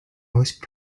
most